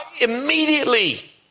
Immediately